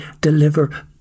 deliver